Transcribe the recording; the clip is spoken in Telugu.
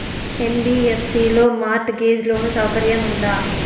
యన్.బి.యఫ్.సి లో మార్ట్ గేజ్ లోను సౌకర్యం ఉందా?